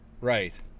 Right